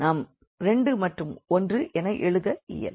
நாம் 2 மற்றும் 1 என எழுத இயலும்